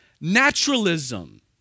naturalism